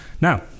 Now